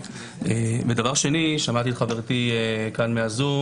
דבר שני, שמעתי את חברתי כאן בזום